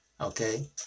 Okay